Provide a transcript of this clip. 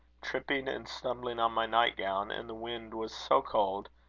tripping and stumbling on my night-gown. and the wind was so cold!